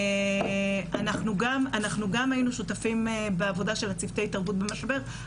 אנחנו גם היינו שותפים בעבודה של צוותי התערבות במשבר.